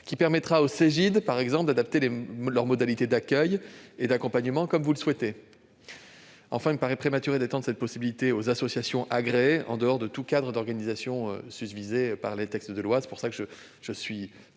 Il permettra par exemple aux Cegidd d'adapter leurs modalités d'accueil et d'accompagnement, comme vous le souhaitez. Enfin, il me paraît prématuré d'étendre cette possibilité aux associations agréées en dehors des cadres d'organisation susvisés par les textes de loi. C'est la raison